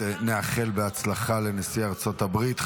שנחבק את כולם ונשמע בשורות טובות.